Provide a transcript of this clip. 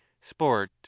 sport